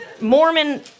Mormon